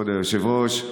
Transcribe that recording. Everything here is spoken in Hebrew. כבוד היושב-ראש,